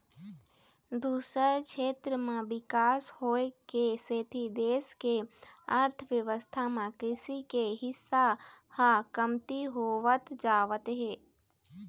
दूसर छेत्र म बिकास होए के सेती देश के अर्थबेवस्था म कृषि के हिस्सा ह कमती होवत जावत हे